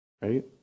right